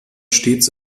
stets